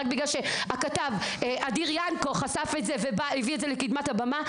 רק בגלל שהכתב אדיר ינקו חשף את זה והביא את זה לקדמת הבמה?